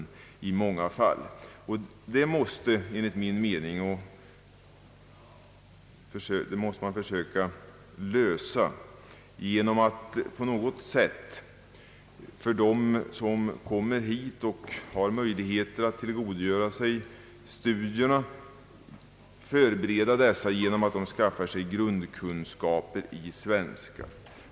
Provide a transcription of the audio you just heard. Vi måste försöka lösa detta problem genom att på något sätt förbereda de ungdomar som kommer hit på att de måste ha möjlighet att tillgodogöra sig studierna, t.ex. genom att de skaffat sig grundkunskaper i svenska.